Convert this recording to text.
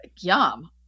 Yum